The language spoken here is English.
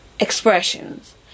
expressions